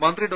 മന്ത്രി ഡോ